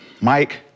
Mike